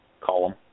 column